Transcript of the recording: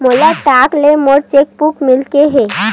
मोला डाक ले मोर चेक पुस्तिका मिल गे हे